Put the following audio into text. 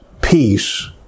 peace